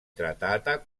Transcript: trattata